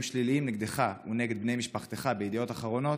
שליליים נגדך ונגד בני משפחתך בידיעות אחרונות,